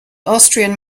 austrian